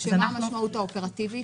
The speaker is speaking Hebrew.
מה המשמעות האופרטיבית?